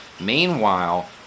Meanwhile